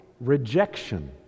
rejection